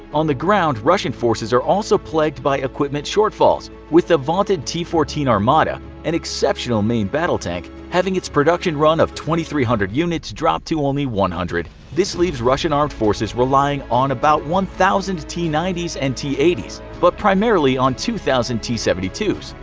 on the ground russian forces are also plagued by equipment shortfalls, with the vaunted t fourteen armata, an exceptional main battle tank, having its production run of two thousand three hundred units dropped to only one hundred. this leaves russian armored forces relying on about one thousand t ninety s, and t eighty s, but primarily on two thousand t seventy two s.